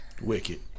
Wicked